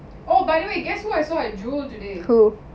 oh by the way guess who I saw at jewel today